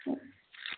ਓ